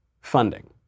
funding